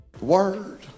Word